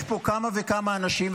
יש פה כמה וכמה אנשים,